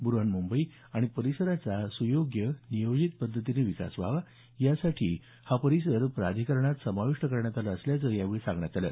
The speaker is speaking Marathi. ब्रहन्मुंबई आणि परिसराचा सुयोग्य आणि नियोजित पद्धतीनं विकास व्हावा यासाठी हा परीसर प्राधिकरणात समाविष्ट करण्यात आला असल्याचं यावेळी सांगण्यात आलं